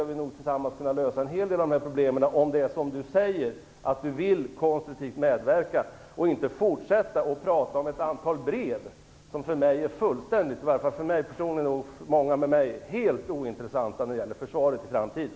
Vi skall nog tillsammans kunna lösa en hel del av de här problemen, om det är som Henrik Landerholm säger, dvs. att han vill konstruktivt medverka, och att han inte fortsätter att prata om ett antal brev, som för mig personligen och många andra är helt ointressanta när det gäller försvaret i framtiden.